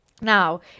Now